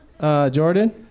Jordan